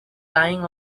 lying